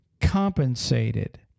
compensated